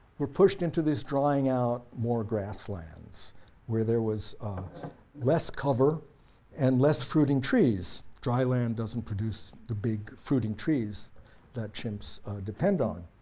were pushed into this drying out grasslands where there was less cover and less fruiting trees. dry land doesn't produce the big fruiting trees that chimps depend on.